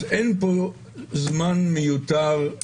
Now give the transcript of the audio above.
אז אין פה זמן מיותר להיסוסים.